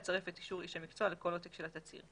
יצרף את אישור איש המקצוע לכל עותק של התצהיר.